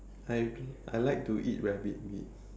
I I like to eat rabbit meat